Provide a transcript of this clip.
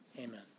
Amen